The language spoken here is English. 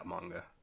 manga